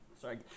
Sorry